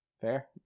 Fair